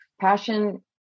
Passion